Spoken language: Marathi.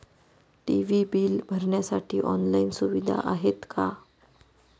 टी.वी बिल भरण्यासाठी ऑनलाईन सुविधा आहे का?